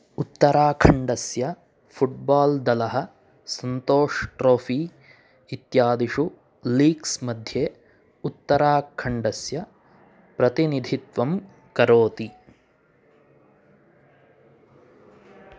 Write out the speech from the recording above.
उत्तराखण्डस्य football दलः Santosh trophy इत्यादिषु leagues मध्ये उत्तराखण्डस्य प्रतिनिधित्वं करोति